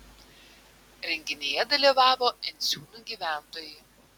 renginyje dalyvavo enciūnų gyventojai